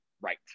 right